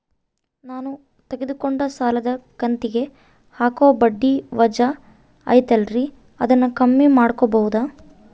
ನಾನು ತಗೊಂಡ ಸಾಲದ ಕಂತಿಗೆ ಹಾಕೋ ಬಡ್ಡಿ ವಜಾ ಐತಲ್ರಿ ಅದನ್ನ ಕಮ್ಮಿ ಮಾಡಕೋಬಹುದಾ?